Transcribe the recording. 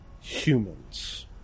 humans